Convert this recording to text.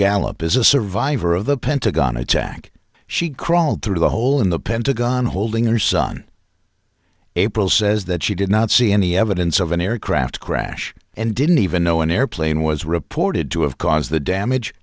gallop is a survivor of the pentagon attack she crawled through the hole in the pentagon holding her son april says that she did not see any evidence of an aircraft crash and didn't even know an airplane was reported to have caused the damage